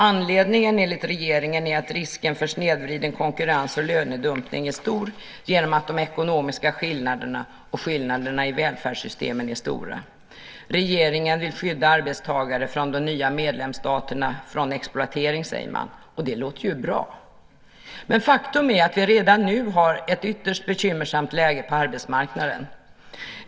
Anledningen är, enligt regeringen, att risken för snedvriden konkurrens och lönedumpning är stor genom att de ekonomiska skillnaderna och skillnaderna i välfärdssystemen är stora. Regeringen vill skydda arbetstagare från de nya medlemsstaterna från exploatering, säger man. Och det låter ju bra. Faktum är att vi redan nu har ett ytterst bekymmersamt läge på arbetsmarknaden.